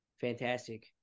fantastic